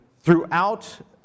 throughout